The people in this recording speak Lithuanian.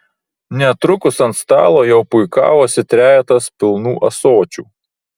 netrukus ant stalo jau puikavosi trejetas pilnų ąsočių